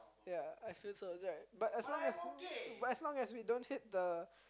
ya I feel so right but as long we don't hit the ya